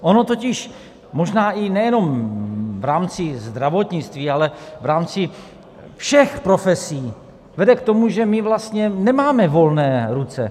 Ono totiž možná i nejenom v rámci zdravotnictví, ale i v rámci všech profesí vede k tomu, že my vlastně nemáme volné ruce.